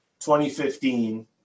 2015